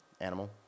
Animal